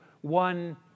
one